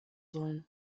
sollen